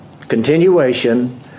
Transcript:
continuation